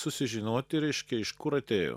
susižinoti reiškia iš kur atėjo